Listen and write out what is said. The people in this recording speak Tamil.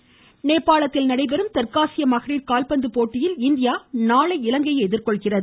கால்பந்து நேபாளத்தில் நடைபெறும் தெற்காசிய மகளிர் கால்பந்து போட்டியில் இந்தியா நாளை இலங்கையை எதிர்கொள்கிறது